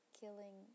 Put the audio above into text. killing